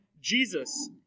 Jesus